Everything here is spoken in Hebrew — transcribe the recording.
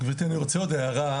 גברתי, אני רוצה עוד הערה.